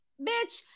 bitch